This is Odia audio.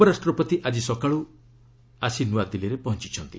ଉପରାଷ୍ଟ୍ରପତି ଆଜି ସକାଳୁ ଆସି ନୂଆଦିଲ୍ଲୀରେ ପହଞ୍ଚିଛନ୍ତି